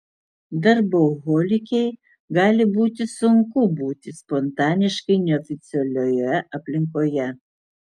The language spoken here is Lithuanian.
darboholikei gali būti sunku būti spontaniškai neoficialioje aplinkoje